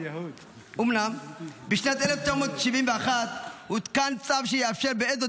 אומנם בשנת 1971 הותקן צו שיאפשר לקבל בעלות